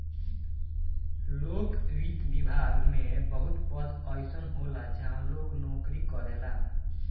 लोक वित्त विभाग में बहुत पद अइसन होला जहाँ लोग नोकरी करेला